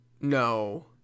no